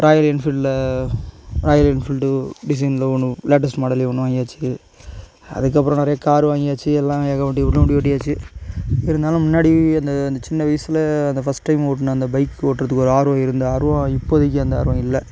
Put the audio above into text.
Royal என்ஃபீல்ட்டில Royal Enfield டிசைனில் ஒன்று லேட்டஸ்ட்டு மாடல்லே ஒன்று வாங்கியாச்சு அதுக்கப்பறம் நெறைய காரு வாங்கியாச்சு எல்லாம் ஏகப்பட்ட புது வண்டி ஓட்டியாச்சு இருந்தாலும் முன்னாடி அந்த அந்த சின்ன வயசில் அந்த ஃபர்ஸ்ட் டைம் ஓட்டுன அந்த பைக் ஓட்டுறத்துக்கு ஒரு ஆர்வம் இருந்த ஆர்வம் இப்போதிக்கு அந்த ஆர்வம் இல்லை